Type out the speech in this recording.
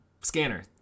scanner